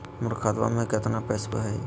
हमर खाता मे केतना पैसा हई?